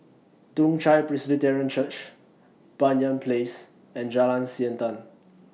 Toong Chai Presbyterian Church Banyan Place and Jalan Siantan